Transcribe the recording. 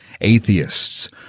atheists